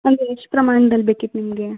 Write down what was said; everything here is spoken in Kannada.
ಒಂದು ಎಷ್ಟು ಪ್ರಮಾಣ್ದಲ್ಲಿ ಬೇಕಿತ್ತು ನಿಮಗೆ